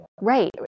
Right